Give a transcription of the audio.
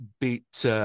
beat